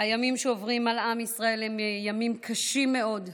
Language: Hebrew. הימים שעוברים על עם ישראל הם ימים קשים מאוד,